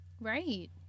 Right